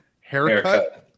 haircut